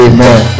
Amen